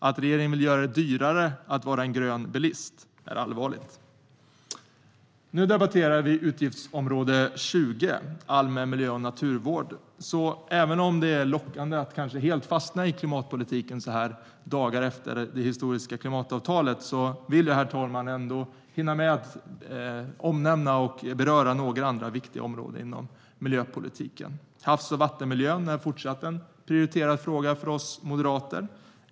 Att regeringen vill göra det dyrare att vara en grön bilist är allvarligt. Vi debatterar utgiftsområde 20 Allmän miljö och naturvård. Även om det är lockande att fastna i klimatpolitiken så här bara några dagar efter det historiska klimatavtalet vill jag, herr talman, hinna beröra några andra viktiga områden inom miljöpolitiken. Havs och vattenmiljön är en fortsatt prioriterad fråga för oss moderater.